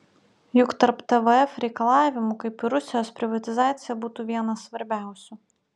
juk tarp tvf reikalavimų kaip ir rusijos privatizacija būtų vienas svarbiausių